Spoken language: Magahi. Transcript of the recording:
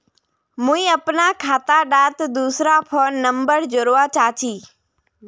मुई अपना खाता डात दूसरा फोन नंबर जोड़वा चाहची?